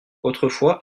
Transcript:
autrefois